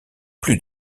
plus